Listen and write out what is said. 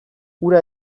hura